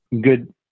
Good